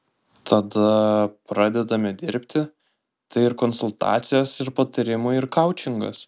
tada pradedame dirbti tai ir konsultacijos ir patarimai ir koučingas